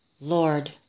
Lord